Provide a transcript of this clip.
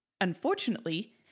Unfortunately